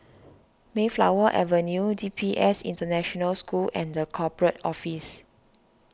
Mayflower Avenue D P S International School and the Corporate Office